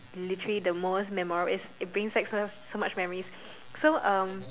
literally the most memorable is it brings back so much so much memories so um